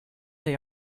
they